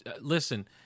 Listen